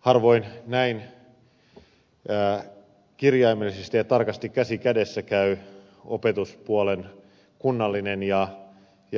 harvoin näin kirjaimellisesti ja tarkasti käsi kädessä käyvät opetuspuolen kunnallinen ja valtion tason päättäminen